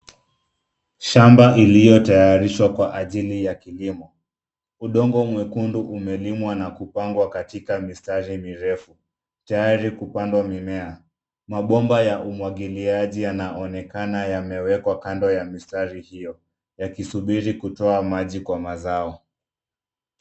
Shamba iliyotayarishwa kwa ajili ya kilimo. Udongo mwekundu umelimwa na kupangwa katika mistari mirefu tayari kupandwa mimea. Mabomba ya umwagiliaji yanaonekana yamewekwa kando ya mistari hiyo, yakisubiri kutoa maji kwa mazao.